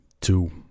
two